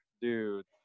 dude